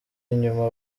inyuma